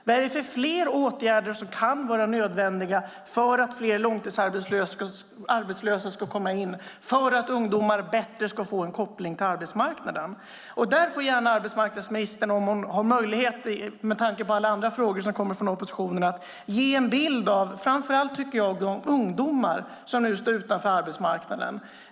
Vad är det för åtgärder som kan vara nödvändiga för att fler långtidsarbetslösa ska komma in och för att ungdomar ska få en bättre koppling till arbetsmarknaden? Arbetsmarknadsministern får gärna, om hon har möjlighet, med tanke på alla andra frågor som kommer från oppositionen, ge en bild av de ungdomar som nu står utanför arbetsmarknaden.